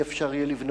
לא יהיה אפשר לבנות,